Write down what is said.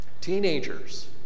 Teenagers